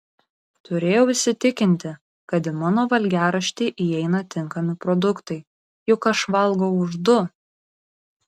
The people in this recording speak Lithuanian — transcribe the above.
turėjau įsitikinti kad į mano valgiaraštį įeina tinkami produktai juk aš valgau už du